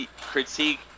critique